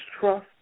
trust